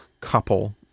couple